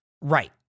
right